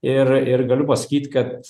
ir ir galiu pasakyt kad